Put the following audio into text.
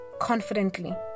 Confidently